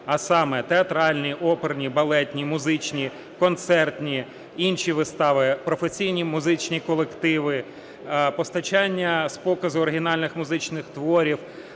А саме театральні, оперні, балетні, музичні, концертні, інші вистави, професійні музичні колективи, постачання з показу оригінальних музичних творів,